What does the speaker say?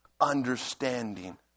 understanding